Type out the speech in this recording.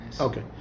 Okay